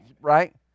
right